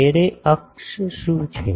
array અક્ષ શું છે